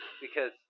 Because-